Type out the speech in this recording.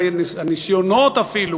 והניסיונות אפילו,